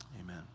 amen